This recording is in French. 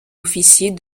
officiers